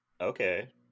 okay